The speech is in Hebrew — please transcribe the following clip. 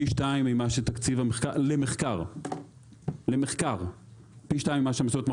פי 2 תקציב למחקר זאת אומרת,